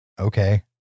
okay